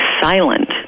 silent